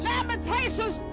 Lamentations